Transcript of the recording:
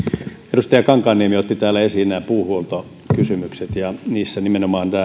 edustaja kankaanniemi otti täällä esiin puuhuoltokysymykset ja niissä nimenomaan